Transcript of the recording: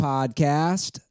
Podcast